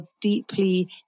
deeply